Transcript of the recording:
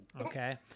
okay